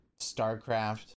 starcraft